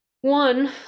One